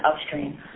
upstream